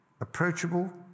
Approachable